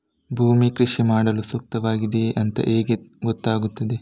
ಭೂಮಿ ಕೃಷಿ ಮಾಡಲು ಸೂಕ್ತವಾಗಿದೆಯಾ ಅಂತ ಹೇಗೆ ಗೊತ್ತಾಗುತ್ತದೆ?